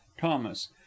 thomas